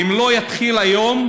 אם לא יתחילו היום,